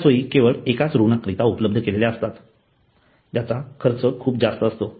या सोयी केवळ एकाच रुग्णांकरिता उपलब्ध केलेल्या असतात ज्याचा खर्च खुप जास्त असतो